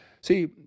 See